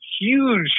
huge